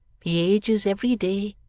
he ages every day